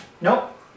Nope